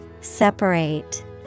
Separate